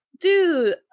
dude